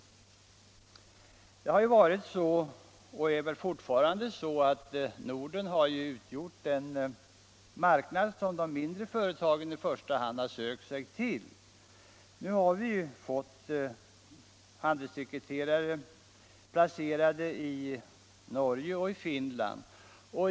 Norden har utgjort — och utgör fortfarande — den marknad som de mindre företagen i första hand har sökt sig till. Nu har vi fått handelssekreterare placerade i Norge och Finland.